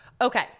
okay